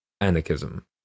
Anarchism